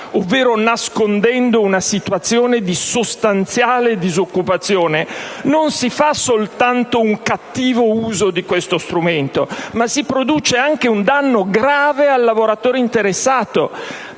ovvero nascondendo una situazione di sostanziale disoccupazione, non si fa soltanto un cattivo uso di questo strumento, ma si produce anche un danno grave al lavoratore interessato: